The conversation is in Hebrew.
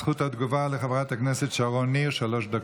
זכות התגובה לחברת הכנסת שרון ניר, שלוש דקות.